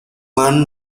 mann